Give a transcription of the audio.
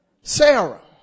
Sarah